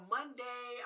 Monday